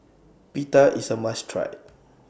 Pita IS A must Try